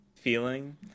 feeling